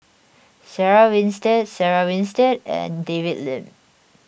Sarah Winstedt Sarah Winstedt and David Lim